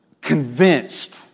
convinced